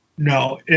No